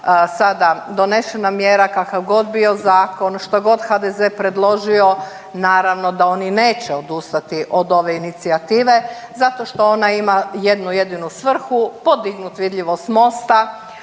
sada donešena mjera, kakav god bio zakon, što god HDZ predložio naravno da oni neće odustati od ove inicijative zato što ona ima jednu jedinu svrhu podignut vidljivost Mosta,